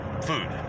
Food